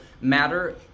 matter